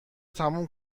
تموم